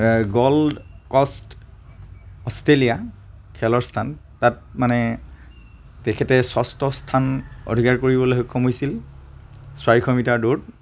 gold কষ্ট Australia খেলৰ স্থান তাত মানে তেখেতে ষষ্ঠ স্থান অধিকাৰ কৰিবলৈ সক্ষম হৈছিল চাৰিশ মিটাৰ দৌৰত